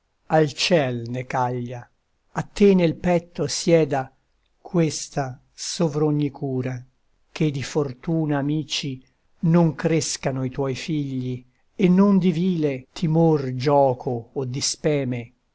ne caglia a te nel petto sieda questa sovr'ogni cura che di fortuna amici non crescano i tuoi figli e non di vile timor gioco o di speme